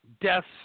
deaths